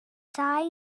dau